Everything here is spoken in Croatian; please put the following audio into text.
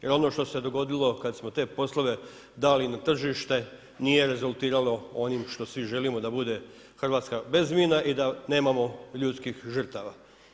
Jer ono što se dogodilo kad smo te poslove dali na tržište nije rezultiralo onim što svi želimo da bude Hrvatska bez mina i da nemamo ljudskih žrtava.